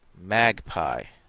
magpie,